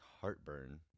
heartburn